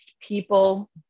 people